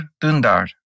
Dundar